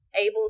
able